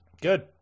Good